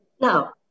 Now